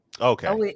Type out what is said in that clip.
Okay